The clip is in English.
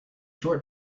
short